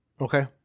Okay